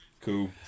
Cool